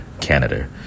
Canada